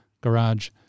garage